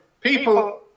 people